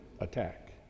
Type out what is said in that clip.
attack